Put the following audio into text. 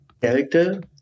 character